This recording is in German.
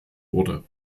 wurde